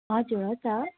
हजुर हो त